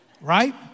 right